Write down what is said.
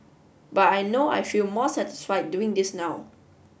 but I know I feel more satisfied doing this now